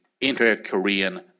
inter-Korean